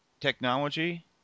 technology